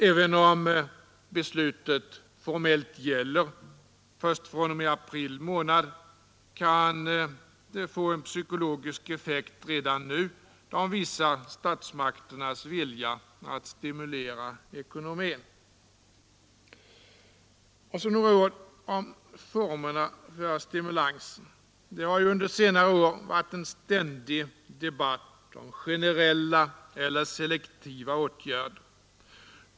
Även om beslutet formellt gäller först fr.o.m., april månad kan det få en psykologisk effekt redan nu, eftersom det visar statsmakternas vilja att stimulera ekonomin. Sedan några ord om formerna för stimulansen. Det har under senare år förts en ständig debatt om generella eller selektiva åtgärder.